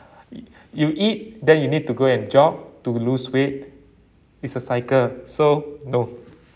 you eat then you need to go and jog to lose weight it's a cycle so no